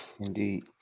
Indeed